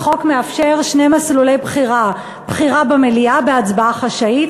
החוק מאפשר שני מסלולי בחירה: בחירה במליאה בהצבעה חשאית,